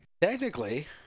technically